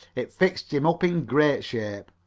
it fixed him up in great shape.